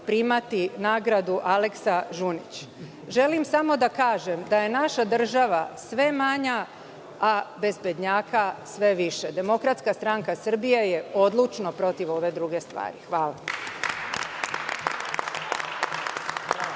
primati nagradu „Aleksa Žunić“?Želim samo da kažem da je naša država sve manja, a bezbednjaka je sve više. Demokratska stranka Srbije je odlučno protiv ove druge stvari. Hvala.